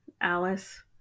alice